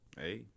hey